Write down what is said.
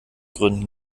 gründen